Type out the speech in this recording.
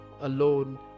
alone